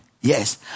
Yes